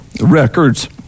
records